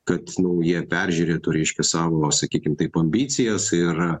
kad nu jie peržiūrėtų reiškia savo sakykim taip ambicijas ir